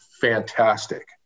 fantastic